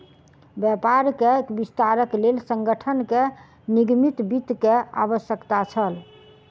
व्यापार के विस्तारक लेल संगठन के निगमित वित्त के आवश्यकता छल